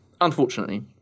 Unfortunately